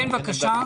כן, בבקשה?